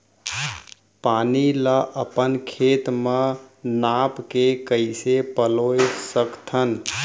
पानी ला अपन खेत म नाप के कइसे पलोय सकथन?